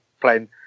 playing